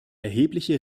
erhebliche